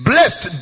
Blessed